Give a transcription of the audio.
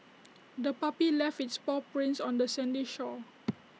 the puppy left its paw prints on the sandy shore